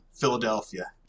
Philadelphia